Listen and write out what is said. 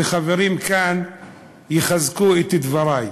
וחברים כאן יחזקו את דברי.